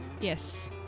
Yes